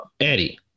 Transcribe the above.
eddie